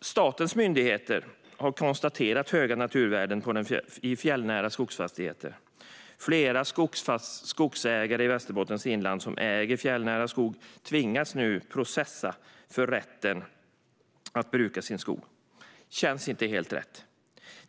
Statens myndigheter har konstaterat att det finns höga naturvärden i fjällnära skogsfastigheter. Flera skogsägare i Västerbottens inland som äger fjällnära skog tvingas nu processa för rätten att bruka sin skog. Det känns inte helt rätt.